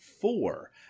four